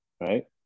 right